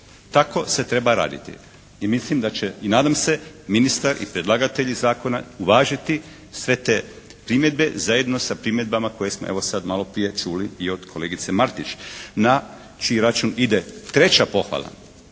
Tako se treba raditi. I mislim da će i nadam se ministar i predlagatelji zakona uvažiti sve te primjedbe zajedno sa primjedbama koje smo evo sad malo prije čuli i od kolegice Martić na čiji račun ide treća pohvala.